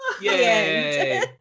Yay